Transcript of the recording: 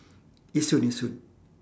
yishun yishun